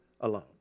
alone